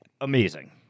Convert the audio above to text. amazing